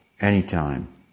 Anytime